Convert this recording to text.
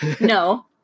No